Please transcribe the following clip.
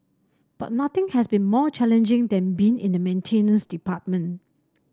but nothing has been more challenging than being in the maintenance department